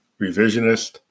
revisionist